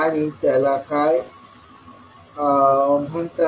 आणि त्यांना काय म्हणतात